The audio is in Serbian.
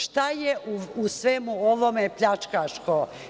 Šta je u svemu ovom pljačkaško?